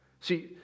See